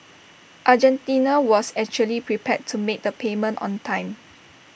Argentina was actually prepared to make the payment on time